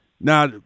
Now